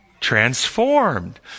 transformed